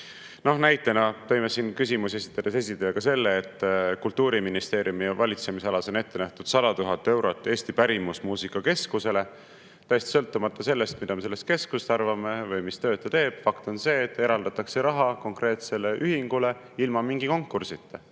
Näitena tõime siin küsimusi esitades selle, et Kultuuriministeeriumi valitsemisalas on ette nähtud 100 000 eurot Eesti Pärimusmuusika Keskusele täiesti sõltumata sellest, mida me sellest keskusest arvame või mis tööd ta teeb. Fakt on see, et eraldatakse raha konkreetsele ühingule ilma mingi konkursita.